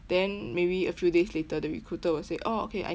then maybe a few days later the recruiter will say oh okay I